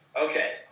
Okay